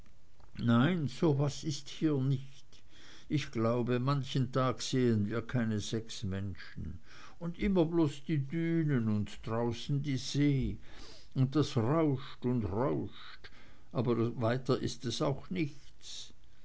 nein so was ist hier nicht ich glaube manchen tag sehen wir keine sechs menschen und immer bloß die dünen und draußen die see und das rauscht und rauscht aber weiter ist es auch nichts